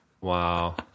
wow